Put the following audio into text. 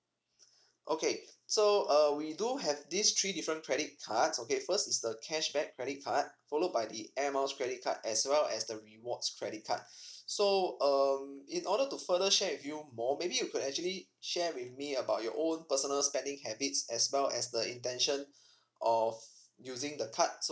okay so uh we do have these three different credit cards okay first is the cashback credit card followed by the air miles credit card as well as the rewards credit card so um in order to further share with you more maybe you could actually share with me about your own personal spending habits as well as the intention of using the card